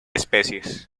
especies